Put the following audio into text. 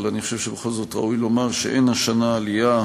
אני חושב שבכל זאת ראוי לומר שאין השנה עלייה,